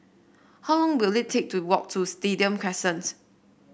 how long will it take to walk to Stadium Crescent